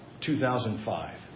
2005